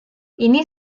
ini